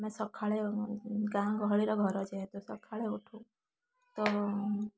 ଆମେ ସକାଳେ ଗାଁ ଗହଳିରେ ଘର ଯେହେତୁ ସକାଳେ ଉଠୁ ତ